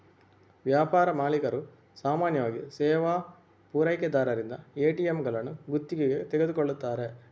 ವ್ಯಾಪಾರ ಮಾಲೀಕರು ಸಾಮಾನ್ಯವಾಗಿ ಸೇವಾ ಪೂರೈಕೆದಾರರಿಂದ ಎ.ಟಿ.ಎಂಗಳನ್ನು ಗುತ್ತಿಗೆಗೆ ತೆಗೆದುಕೊಳ್ಳುತ್ತಾರೆ